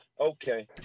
Okay